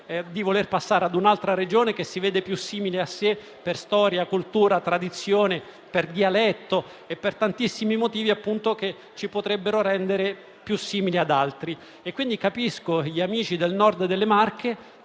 di passare a un'altra Regione che si vede più simile a sé per storia, cultura, tradizione, dialetto e per tantissimi motivi che ci potrebbero rendere più simili ad altri. Capisco quindi gli amici del Nord delle Marche,